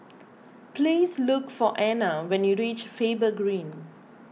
please look for Anna when you reach Faber Green